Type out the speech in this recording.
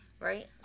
right